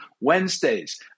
Wednesdays